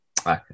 Okay